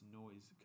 noise